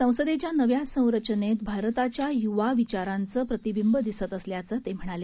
संसदेच्या नव्या संरचनेत भारताच्या य्वा विचारांचं प्रतिबिंब दिसत असल्याचं ते म्हणाले